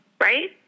Right